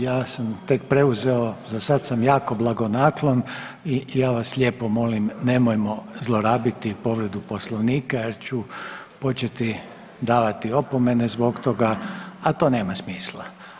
Ja sam tek preuzeo, za sad sam jako blagonaklon i ja vas lijepo molim nemojmo zlorabiti povredu Poslovnika jer ću početi davati opomene zbog toga, a to nema smisla.